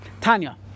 Tanya